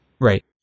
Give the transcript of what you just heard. right